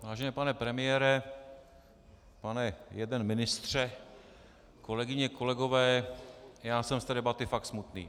Vážený pane premiére, pane jeden ministře, kolegyně, kolegové, já jsem z té debaty fakt smutný.